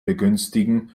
begünstigen